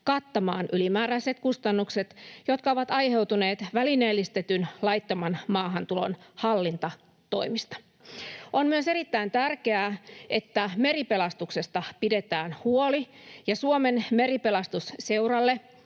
kattamaan ylimääräiset kustannukset, jotka ovat aiheutuneet välineellistetyn laittoman maahantulon hallintatoimista. On myös erittäin tärkeää, että meripelastuksesta pidetään huoli ja Suomen Meripelastusseuralle